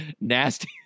nasty